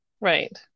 Right